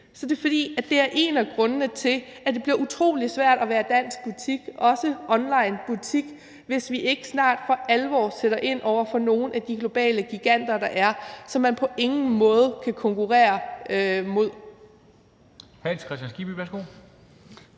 er det, fordi det er en af grundene til, at det bliver utrolig svært at være dansk butik, også onlinebutik, hvis vi ikke snart for alvor sætter ind over for nogle af de globale giganter, der er, som man på ingen måde kan konkurrere mod. Kl. 14:15 Formanden